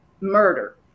murder